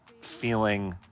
feeling